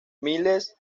miles